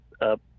up